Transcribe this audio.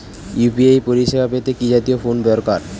UPI পরিসেবা পেতে কি জাতীয় ফোন দরকার?